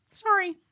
sorry